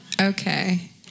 Okay